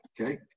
Okay